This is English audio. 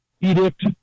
edict